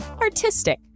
Artistic